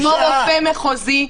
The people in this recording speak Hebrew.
-- כמו רופא מחוזי,